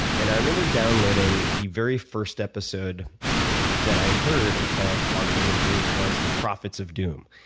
and i remember downloading the very first episode that i heard of hardcore history, which was the prophets of doom.